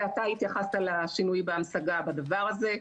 ואתה התייחסת לשינוי בדבר הזה.